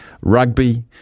rugby